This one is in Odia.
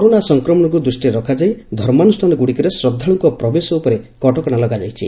କରୋନା ସଂକ୍ରମଣକୁ ଦୂଷ୍ଟିରେ ରଖାଯାଇ ଧର୍ମାନୁଷାନଗୁଡ଼ିକରେ ଶ୍ରଦ୍ଧାଳୁଙ୍କ ପ୍ରବେଶ ଉପରେ କଟକଶା ଲଗାଯାଇଛି